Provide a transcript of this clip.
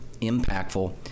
impactful